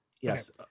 Yes